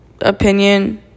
opinion